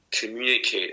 communicate